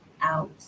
out